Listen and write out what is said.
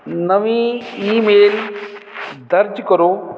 ਨਵੀਂ ਈਮੇਲ ਦਰਜ ਕਰੋ